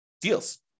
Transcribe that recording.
deals